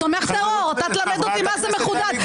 תומך טרור, אתה תלמד אותי מה זה מחודד?